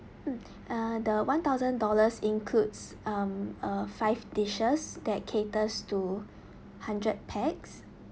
mm uh the one thousand dollars includes um uh five dishes that caters to hundred pax